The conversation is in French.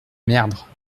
merdre